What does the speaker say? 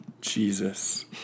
Jesus